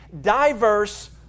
diverse